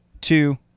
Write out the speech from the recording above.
two